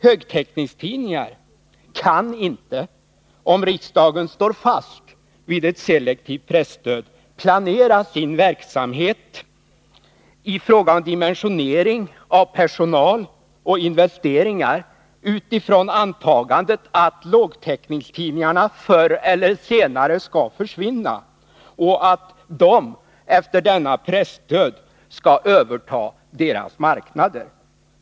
Högtäckningstidningar kan inte, om riksdagen står fast vid ett selektivt presstöd, planera sin verksamhet i fråga om dimensionering av personal och investeringar utifrån antagandet att lågtäckningstidningarna förr eller senare skall försvinna och räkna med att efter denna pressdöd överta deras marknader.